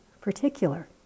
particular